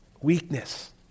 weakness